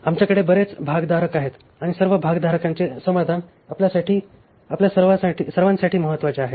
आमच्याकडे बरेच भागधारक आहेत आणि सर्व भागधारकांचे समाधान आपल्या सर्वांसाठी महत्वाचे आहे